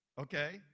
Okay